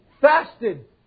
fasted